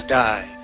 die